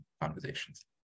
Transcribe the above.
conversations